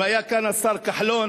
אם היה כאן השר כחלון